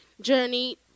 journey